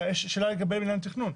שאלה לגבי מנהל תכנון.